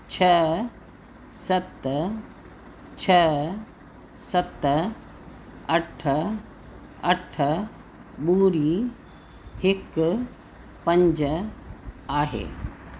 छह सत छह सत अठ अठ ॿुरी हिकु पंज आहे